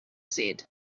said